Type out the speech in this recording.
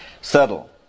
Subtle